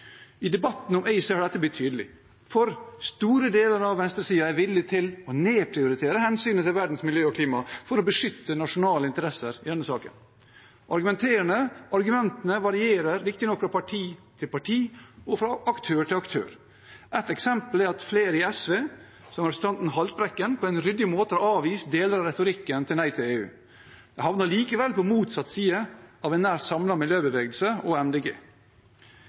I debatten om ACER har dette blitt tydelig, for store deler av venstresiden er villig til å nedprioritere hensynet til verdens miljø og klima for å beskytte nasjonale interesser i denne saken. Argumentene varierer riktignok fra parti til parti og fra aktør til aktør. Et eksempel er at flere i SV, som representanten Haltbrekken, på en ryddig måte har avvist deler av retorikken til Nei til EU. De havner likevel på motsatt side av en nær samlet miljøbevegelse og